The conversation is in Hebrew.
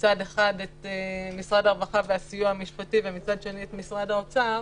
מצד אחד את משרד הרווחה והסיוע המשפטי ומצד שני את משרד האוצר